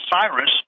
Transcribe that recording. Cyrus